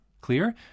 clear